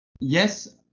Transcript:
yes